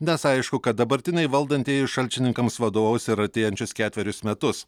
nes aišku kad dabartiniai valdantieji šalčininkams vadovaus ir artėjančius ketverius metus